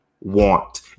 want